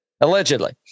Allegedly